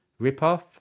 ripoff